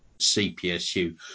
CPSU